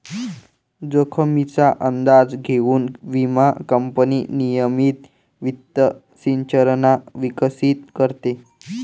जोखमीचा अंदाज घेऊन विमा कंपनी नियमित वित्त संरचना विकसित करते